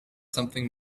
something